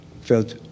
felt